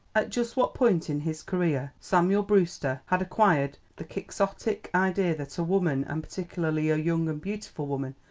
at just what point in his career samuel brewster had acquired the quixotic idea that a woman, and particularly a young and beautiful woman,